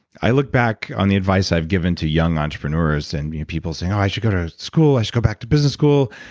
i look back on the advice i have given to young entrepreneurs and people saying oh, i should go to school. i should go back to business school.